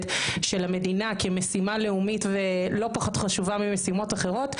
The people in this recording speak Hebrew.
של המדינה כמשימה לאומית ולא פחות חשובה ממשימות אחרות,